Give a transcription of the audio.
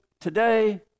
today